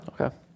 Okay